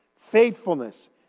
faithfulness